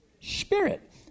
Spirit